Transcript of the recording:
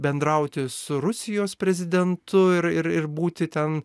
bendrauti su rusijos prezidentu ir ir ir būti ten